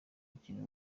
ikintu